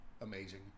amazing